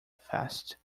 fast